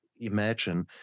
imagine